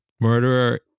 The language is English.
murderer